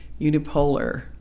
Unipolar